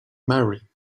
marry